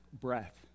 breath